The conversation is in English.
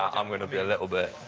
um going to be a little bit.